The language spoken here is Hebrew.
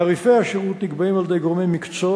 תעריפי השירות נקבעים על-ידי גורמי מקצוע